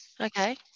Okay